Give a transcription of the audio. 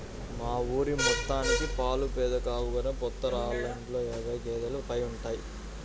మా ఊరి మొత్తానికి పాలు పెదకాపుగారే పోత్తారు, ఆళ్ళ ఇంట్లో యాబై గేదేలు పైగా ఉంటయ్